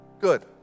Good